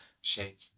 shake